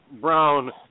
Brown